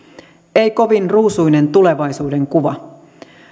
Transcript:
ei kovin ruusuinen tulevaisuudenkuva